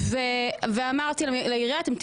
אורנה, אפשר לעשות ביטוח קולקטיבי לעובדי